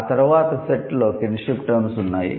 ఆ తరువాత సెట్లో కిన్హ్సిప్ టర్మ్స్ ఉన్నాయి